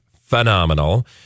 phenomenal